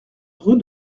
rue